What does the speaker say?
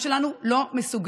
תודה